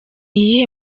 iyihe